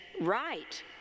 right